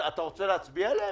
אתה רוצה להצביע עליהן?